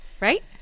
Right